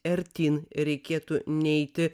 artyn reikėtų neiti